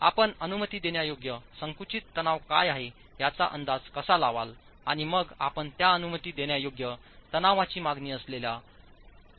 तर आपण अनुमती देण्यायोग्य संकुचित तणाव काय आहे याचा अंदाज कसा लावाल आणि मग आपण त्या अनुमती देण्यायोग्य तणावाची मागणी असलेल्या ताणतणावाशी तुलना करता